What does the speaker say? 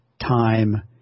time